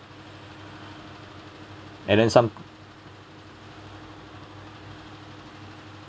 and then some